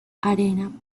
arena